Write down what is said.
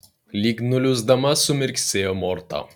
lyg nuliūsdama sumirksėjo morta